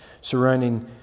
surrounding